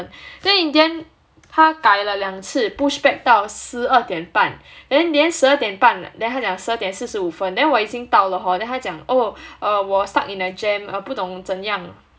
then in the end 他改了两次 pushback 到十二点半 then then 十二点半 then 他讲十二点四十五分 then 我已经到了 hor then 他讲 oh err 我 stuck in a jam err 不懂怎样